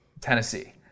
tennessee